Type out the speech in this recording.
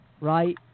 right